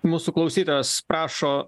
mūsų klausytojas prašo